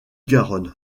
garonne